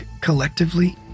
Collectively